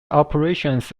operations